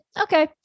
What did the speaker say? okay